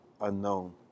unknown